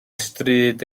stryd